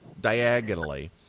diagonally